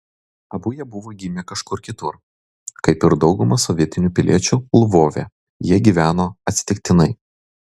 abu jie buvo gimę kažkur kitur kaip ir dauguma sovietinių piliečių lvove jie gyveno atsitiktinai